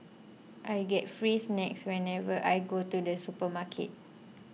I get free snacks whenever I go to the supermarket